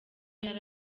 yari